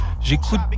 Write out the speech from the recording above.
J'écoute